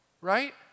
Right